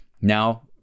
Now